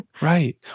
Right